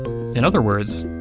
in other words,